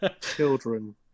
Children